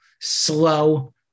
slow